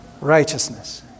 righteousness